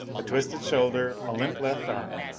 a twisted shoulder, a limp left arm,